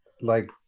like-